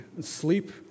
sleep